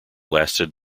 lasted